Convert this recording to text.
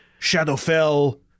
Shadowfell